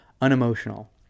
unemotional